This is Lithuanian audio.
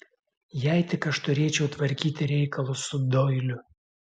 jei tik aš turėčiau tvarkyti reikalus su doiliu